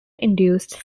induced